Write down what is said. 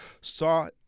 saw